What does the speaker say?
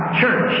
church